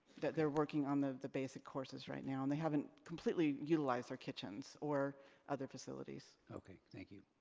that they're working on the basic courses right now, and they haven't completely utilized their kitchens, or other facilities. okay, thank you.